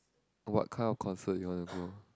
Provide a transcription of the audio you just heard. what kind of concert you want to go